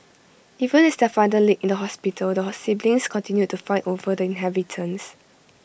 even as their father laid in the hospital the siblings continued to fight over the inheritance